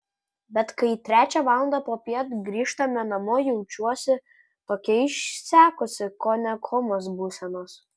bet kai trečią valandą popiet grįžtame namo jaučiuosi tokia išsekusi kone komos būsenos